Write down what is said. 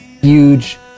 huge